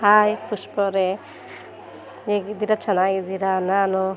hi Pushpa ಅವರೇ ಹೇಗಿದ್ದೀರ ಚೆನ್ನಾಗಿದ್ದೀರ ನಾನು